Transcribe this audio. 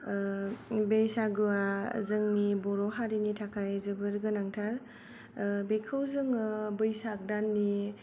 बैसागुवा जोंनि बर' हारिनि थाखाय जोबोर गोनांथार बेखौ जोङो बैसाग दाननि